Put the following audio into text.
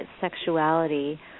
sexuality